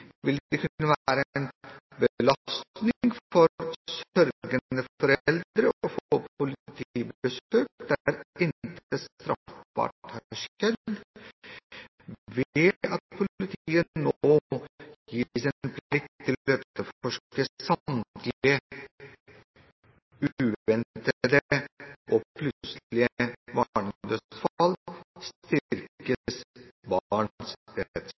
vil det kunne være en belastning for sørgende foreldre å få politibesøk der intet straffbart har skjedd. Ved at politiet nå gis en plikt til å